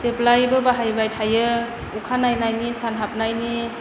जेब्लायबो बाहायबाय थायो अखा नायनायनि सान हाबनायनि